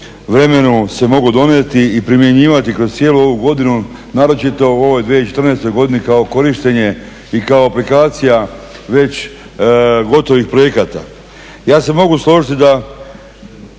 vremenu se mogao donijeti i primjenjivati kroz cijelu godinu, naročito u ovoj 2014. godini kao korištenje i kao aplikacija već gotovih projekata. Ja se mogu složiti da